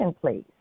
please